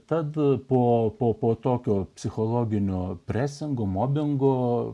tad po to po tokio psichologinio presingo mobingo